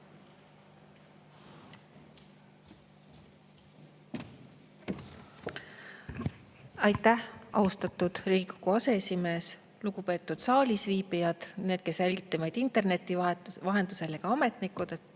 Aitäh, austatud Riigikogu aseesimees! Lugupeetud saalisviibijad! [Te], kes jälgite meid interneti vahendusel! Ja ametnikud!